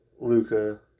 Luca